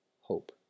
hope